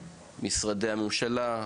משרדי הממשלה,